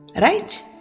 right